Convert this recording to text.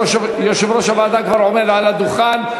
יושב-ראש הוועדה כבר עומד על הדוכן,